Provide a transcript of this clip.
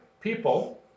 people